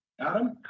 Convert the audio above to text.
Adam